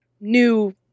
new